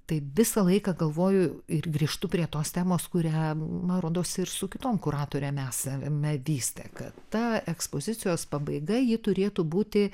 tai visą laiką galvoju ir grįžtu prie tos temos kurią man rodosi ir su kitom kuratorėm esame vystę kad ta ekspozicijos pabaiga ji turėtų būti